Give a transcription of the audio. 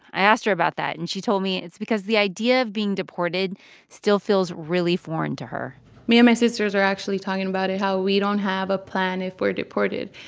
i asked her about that. and she told me it's because the idea of being deported still feels really foreign to her me and my sisters were actually talking about it how we don't have a plan if we're deported.